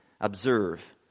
observe